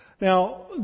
Now